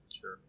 Sure